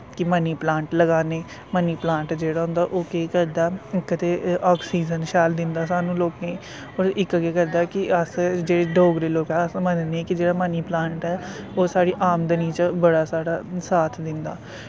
कि money plant लगान्ने money plant जेह्ड़ा होंदे ओह् केह् करदा इक ते आक्सीजन शैल दिंदा साह्नू लोकेंई और इक केह् करदा कि अस जेह्ड़े डोगरे लोक ऐ अस मनने कि जेह्ड़ा मनी प्लांट ऐ ओह् साढ़ी आमदनी च बड़ा साढ़ा साथ दिंदा